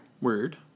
Word